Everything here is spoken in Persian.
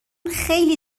خیلی